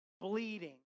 Bleeding